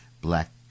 black